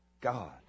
God